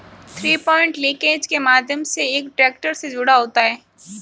three point linkage के माध्यम से एक ट्रैक्टर से जुड़ा होता है